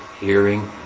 hearing